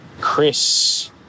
Chris